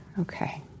Okay